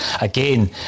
again